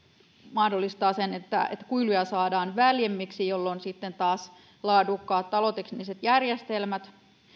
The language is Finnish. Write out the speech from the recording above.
mahdollistaa sen että kuiluja saadaan väljemmiksi jolloin sitten taas laadukkaat talotekniset järjestelmät